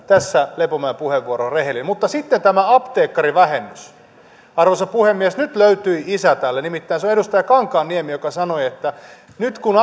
tässä lepomäen puheenvuoro oli rehellinen mutta sitten tämä apteekkarivähennys arvoisa puhemies nyt löytyi isä tälle nimittäin se on edustaja kankaanniemi joka sanoi että nyt kun